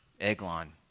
Eglon